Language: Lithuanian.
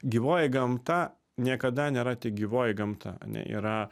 gyvoji gamta niekada nėra tik gyvoji gamta ane yra